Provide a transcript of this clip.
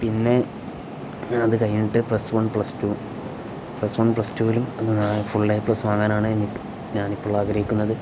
പിന്നെ അത് കഴിഞ്ഞിട്ട് plus one plus two plus one plus ടൂലും ഫുൾ എ പ്ലസ് വാങ്ങാനാണ് എനിക്ക് ഞാൻ ഇപ്പോൾ ആഗ്രഹിക്കുന്നത്